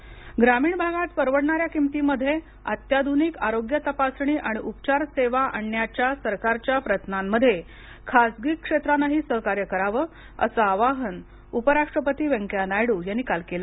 व्यंकय्या नायड् ग्रामीण भागात परवडणाऱ्या किमतीमध्ये अत्याधुनिक आरोग्य तपासणी आणि उपचार सेवा आणण्याच्या सरकारच्या प्रयत्नांमध्ये खाजगी क्षेत्रानंही सहकार्य करावं असं आवाहन उपराष्ट्रपती व्यंकय्या नायडू यांनी काल केलं